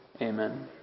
Amen